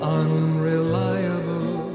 unreliable